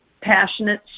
passionate